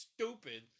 stupid